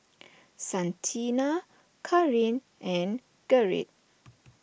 Santina Carin and Gerrit